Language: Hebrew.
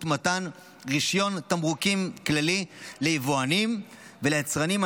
מתן רישיון תמרוקים כללי ליבואנים וליצרנים,